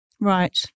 Right